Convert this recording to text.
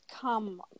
come